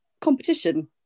competition